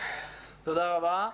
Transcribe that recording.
תודה רבה.